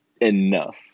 enough